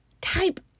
Type